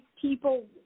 people